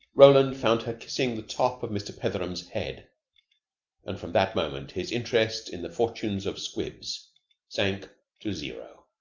roland found her kissing the top of mr. petheram's head and from that moment his interest in the fortunes of squibs sank to zero.